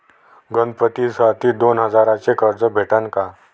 गणपतीसाठी दोन हजाराचे कर्ज भेटन का?